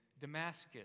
Damascus